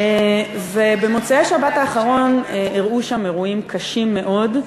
ובמוצאי שבת האחרונה אירעו שם אירועים קשים מאוד,